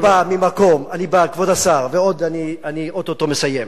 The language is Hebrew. אני בא ממקום, כבוד השר, ואו-טו-טו אני מסיים,